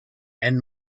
and